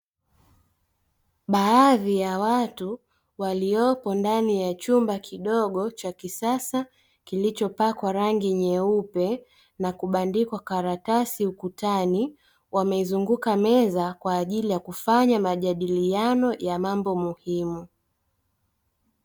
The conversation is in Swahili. Baadhi ya watu waliopo ndani ya chumba kidogo cha kisasa kilichopakwa rangi nyeupe na kubandikwa karatasi ukutani, wameizunguka meza kwa ajili ya kufanya majadiliano ya mambo muhimu.